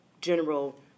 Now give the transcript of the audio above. general